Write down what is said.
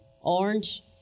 Orange